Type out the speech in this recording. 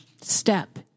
step